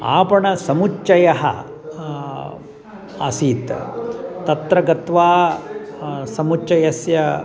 आपणसमुच्चयः आसीत् तत्र गत्वा समुच्चयस्य